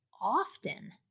often